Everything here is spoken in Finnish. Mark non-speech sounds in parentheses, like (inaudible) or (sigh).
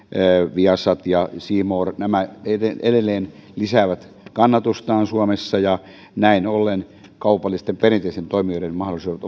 viasat ja c more nämä edelleen lisäävät kannatustaan suomessa ja näin ollen perinteisten kaupallisten toimijoiden mahdollisuudet (unintelligible)